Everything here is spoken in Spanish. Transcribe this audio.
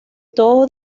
todo